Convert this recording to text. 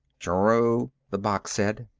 true, the box said.